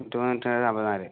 തൊണ്ണൂറ്റേഴ് അൻപത്തിനാല്